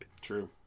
True